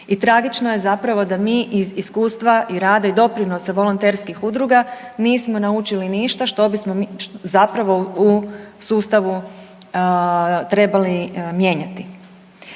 I tragično je zapravo da mi iz iskustva i rada i doprinosa volonterskih udruga nismo naučili ništa što bismo zapravo u sustavu trebali mijenjati.